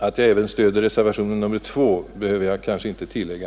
Att jag även stöder reservationen 2 behöver jag kanske inte tillägga.